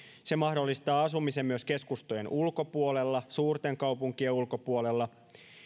se mahdollistaa asumisen myös keskustojen ulkopuolella suurten kaupunkien ulkopuolella